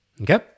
Okay